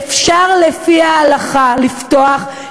שאפשר לפי ההלכה לפתוח,